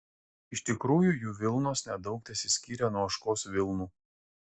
iš tikrųjų jų vilnos nedaug tesiskyrė nuo ožkos vilnų